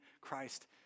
Christ